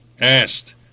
asked